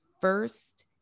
first